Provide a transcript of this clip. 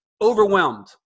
overwhelmed